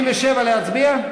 87, להצביע?